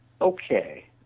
okay